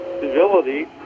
civility